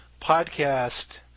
podcast